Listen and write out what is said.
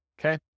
Okay